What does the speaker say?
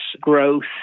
growth